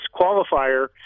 qualifier